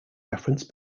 reference